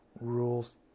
rules